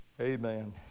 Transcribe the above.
Amen